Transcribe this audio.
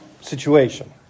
situation